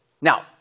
Now